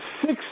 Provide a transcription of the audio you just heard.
six